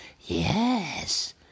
yes